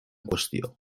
qüestió